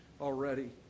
already